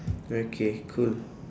okay cool